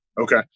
Okay